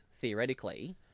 theoretically